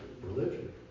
religion